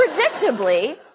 Predictably